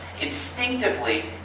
instinctively